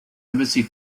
embassy